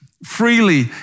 Freely